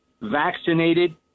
vaccinated